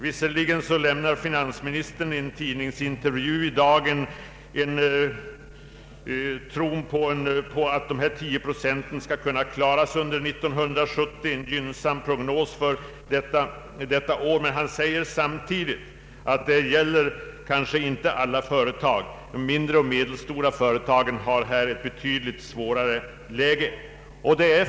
Visserligen nämner finansministern i en tidningsintervju i dag att han tror på att dessa 10 procent skall kunna klaras under 1970 — men han säger samtidigt att detta inte gäller alla företag. Nej, det är så att de mindre och medelstora företagen har ett betydligt svårare läge.